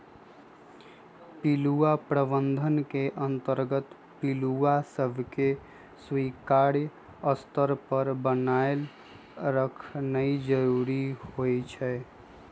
पिलुआ प्रबंधन के अंतर्गत पिलुआ सभके स्वीकार्य स्तर पर बनाएल रखनाइ जरूरी होइ छइ